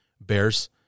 Bears